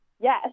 yes